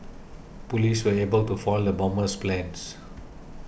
police were able to foil the bomber's plans